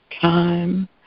time